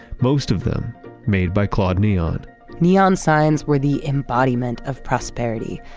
most of them made by claude neon neon signs were the embodiment of prosperity,